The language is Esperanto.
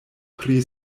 pri